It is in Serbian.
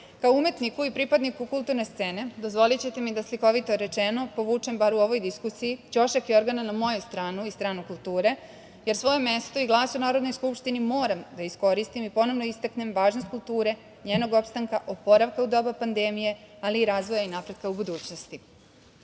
Kao umetniku i pripadniku kulturne scene, dozvolićete mi da, slikovito rečeno, povučem bar u ovoj diskusiji ćošak jorgana na moju stranu i stranu kulture, jer svoje mesto i glas u Narodnoj skupštini moram da iskoristim i ponovo istaknem važnost kulture, njenog opstanka, oporavka u doba pandemije, ali i razvoja i napretka u budućnosti. Činjenica